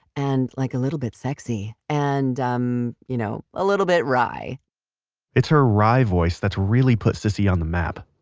and like a little bit sexy, and um you know a little bit wry it's her wry voice that's really put cissy on the map.